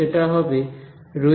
সেটা হবে ρedV